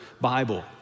Bible